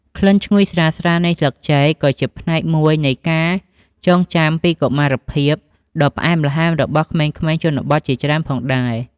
ក្លិនឈ្ងុយស្រាលៗនៃស្លឹកចេកក៏ជាផ្នែកមួយនៃ ការចងចាំពីកុមារភាព ដ៏ផ្អែមល្ហែមរបស់ក្មេងៗជនបទជាច្រើនផងដែរ។